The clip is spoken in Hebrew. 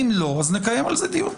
אם לא, נקיים על זה דיון.